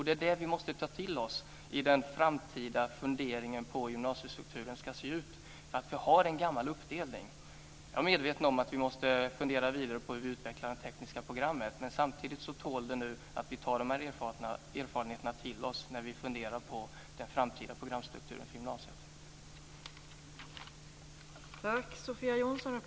Det är detta vi måste ta till oss i den framtida funderingen på hur gymnasiestrukturen ska se ut. Vi har en gammal uppdelning. Jag är medveten om att vi måste fundera vidare på hur vi utvecklar det tekniska programmet. Men samtidigt måste vi ta till oss de här erfarenheterna när vi funderar på den framtida programstrukturen för gymnasiet.